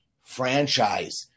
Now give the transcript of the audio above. franchise